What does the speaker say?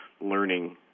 learning